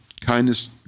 kindness